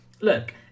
Look